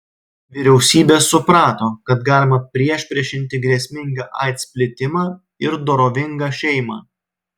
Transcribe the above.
vyriausybės suprato kad galima priešpriešinti grėsmingą aids plitimą ir dorovingą šeimą